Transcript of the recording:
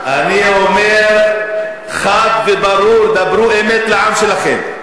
לכן אני אומר חד וברור: דברו אמת לעם שלכם.